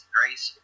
Grace